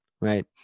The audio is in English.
right